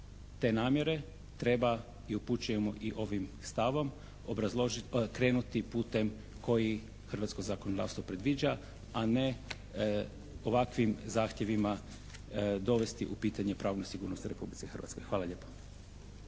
te namjere treba i upućujemo i ovim stavom obrazložiti, krenuti putem koji hrvatsko zakonodavstvo predviđa, a ne ovakvim zahtjevima dovesti u pitanje pravnu sigurnost u Republici Hrvatskoj. Hvala lijepo.